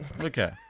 Okay